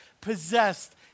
possessed